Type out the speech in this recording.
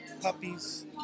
Puppies